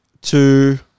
two